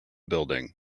building